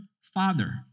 Father